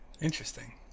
Interesting